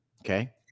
Okay